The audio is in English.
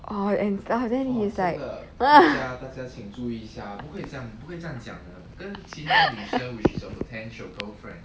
orh and stuff